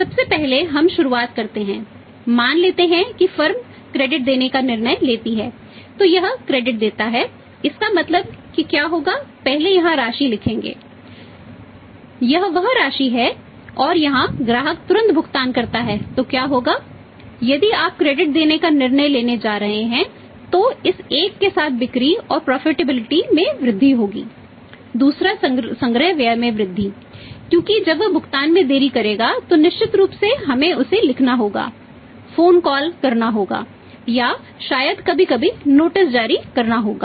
सबसे पहले हम शुरुआत करते हैं मान लेते हैं कि फर्म क्रेडिट करना होगा या शायद कभी कभी नोटिस जारी करना होगा